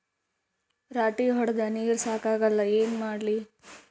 ರಾಟಿ ಹೊಡದ ನೀರ ಸಾಕಾಗಲ್ಲ ಏನ ಮಾಡ್ಲಿ?